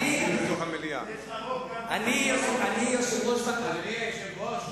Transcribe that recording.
אדוני היושב-ראש,